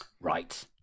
Right